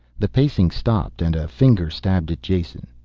the pacing stopped and a finger stabbed at jason.